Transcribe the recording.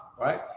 right